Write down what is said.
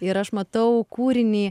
ir aš matau kūrinį